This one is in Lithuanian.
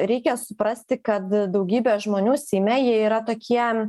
reikia suprasti kad daugybė žmonių seime jie yra tokie